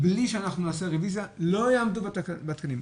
בלי שאנחנו נעשה רביזיה לא יעמדו בתקנים.